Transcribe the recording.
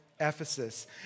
Ephesus